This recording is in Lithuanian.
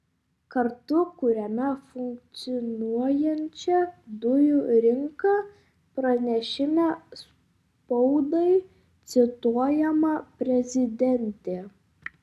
kartu kuriame funkcionuojančią dujų rinką pranešime spaudai cituojama prezidentė